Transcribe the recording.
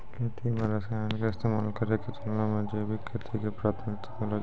खेती मे रसायन के इस्तेमाल करै के तुलना मे जैविक खेती के प्राथमिकता देलो जाय छै